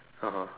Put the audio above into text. (uh huh)